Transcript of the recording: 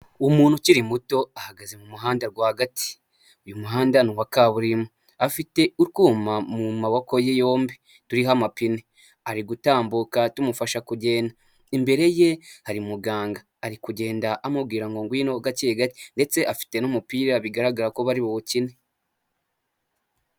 Umuntu ukiri muto ahagaze mu muhanda rwagati, uyu muhanda ni uwa kaburimbo, afite utwuma mu maboko ye yombi turiho amapine, ari gutambuka tumufasha kugenda imbere ye hari muganga, ari kugenda amubwira ngo ngwino gakegake, ndetse afite n'umupira bigaragara ko bari buwukine.